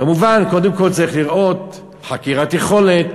כמובן, קודם כול צריך לראות, חקירת יכולת,